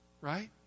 Right